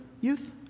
youth